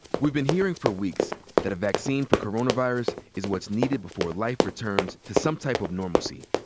we've been hearing for weeks that a vaccine for coronavirus is what's needed before life returns to some type of normalcy.